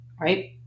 right